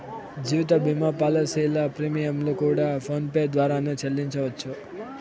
జీవిత భీమా పాలసీల ప్రీమియంలు కూడా ఫోన్ పే ద్వారానే సెల్లించవచ్చు